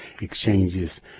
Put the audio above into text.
exchanges